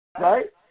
Right